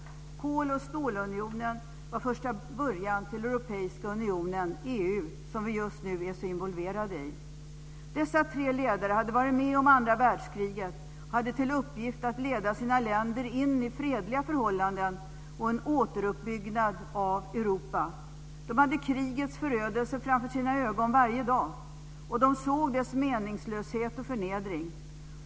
Kol och stålunionen var första början till Europeiska unionen, EU, som vi just nu är så involverade i. Dessa tre ledare hade varit med om andra världskriget och hade till uppgift att leda sina länder in i fredliga förhållanden och en återuppbyggnad av Europa. De hade krigets förödelse framför sina ögon varje dag, och de såg dess meningslöshet och förnedring.